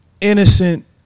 innocent